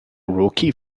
rookie